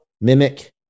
mimic